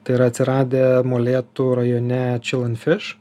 tai yra atsiradę molėtų rajone čilanfiš